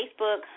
Facebook